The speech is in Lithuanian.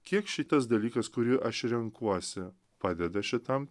kiek šitas dalykas kurį aš renkuosi padeda šitam